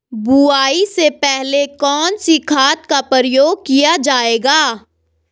बुआई से पहले कौन से खाद का प्रयोग किया जायेगा?